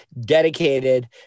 dedicated